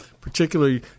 particularly